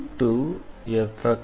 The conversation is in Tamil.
drc3F